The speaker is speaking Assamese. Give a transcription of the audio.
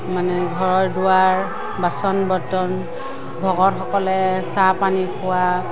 মানে ঘৰ দুৱাৰ বাচন বৰ্তন ভকতসকলে চাহ পানী খোৱা